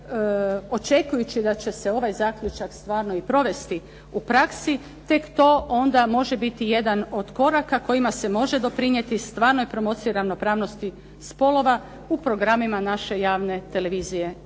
očekujući da će se ovaj zaključak stvarno i provesti u praksi tek to onda može biti jedan od koraka kojima se može doprinijeti stvarnoj promociji ravnopravnosti spolova u programima naše javne televizije